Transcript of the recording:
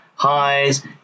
highs